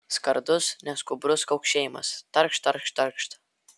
skardus neskubrus kaukšėjimas tarkšt tarkšt tarkšt